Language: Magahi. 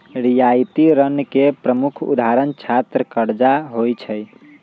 रियायती ऋण के प्रमुख उदाहरण छात्र करजा होइ छइ